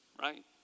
right